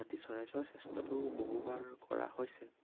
ৰাতি চৰাই চোৱাৰ চেষ্টাটো বহুবাৰ কৰা হৈছে